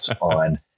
on